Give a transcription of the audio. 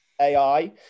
AI